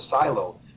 silo